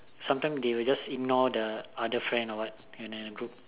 sometime they will just ignore the other friend or what in a group